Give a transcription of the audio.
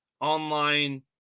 online